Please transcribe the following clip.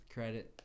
Credit